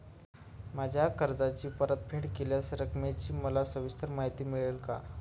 माझ्या कर्जाची परतफेड केलेल्या रकमेची मला सविस्तर माहिती मिळेल का?